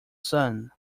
son